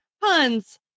puns